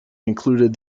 included